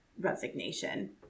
resignation